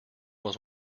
was